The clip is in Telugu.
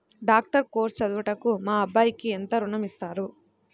డాక్టర్ కోర్స్ చదువుటకు మా అబ్బాయికి ఎంత ఋణం ఇస్తారు?